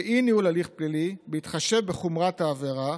ואי-ניהול הליך פלילי, בהתחשב בחומרת העבירה,